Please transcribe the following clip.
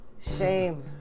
Shame